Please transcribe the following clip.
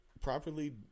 properly